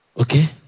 Okay